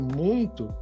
muito